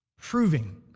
proving